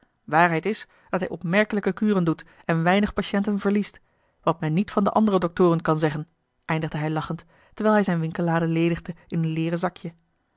waarheid is dat hij opmerkelijke curen doet en weinig patiënten verliest wat men niet van de andere doctoren kan zeggen eindigde hij lachend terwijl hij zijne winkellade ledigde in een leêren zakje